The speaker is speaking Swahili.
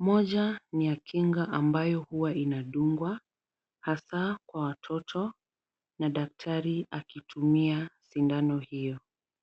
Moja ni ya kinga ambayo huwa inadungwa hasa kwa watoto na daktari akitumia sindano hiyo.